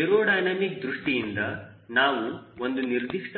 aerodynamic ದೃಷ್ಟಿಯಿಂದ ನಾವು ಒಂದು ನಿರ್ದಿಷ್ಟವಾದಸೂಕ್ತ